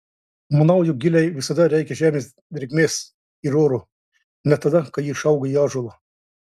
manau jog gilei visada reikia žemės drėgmės ir oro net tada kai ji išauga į ąžuolą